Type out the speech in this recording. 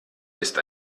ist